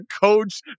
coach